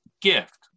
gift